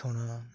ᱪᱷᱚᱲᱟ